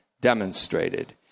demonstrated